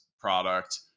product